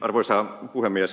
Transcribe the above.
arvoisa puhemies